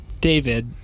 David